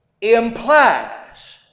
implies